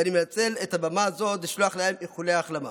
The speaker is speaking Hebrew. ואני מנצל את הבמה הזאת לשלוח להם איחולי החלמה.